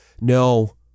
No